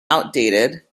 outdated